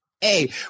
Hey